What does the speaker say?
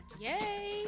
Yay